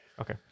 Okay